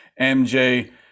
MJ